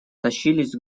тащились